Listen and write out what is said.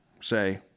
say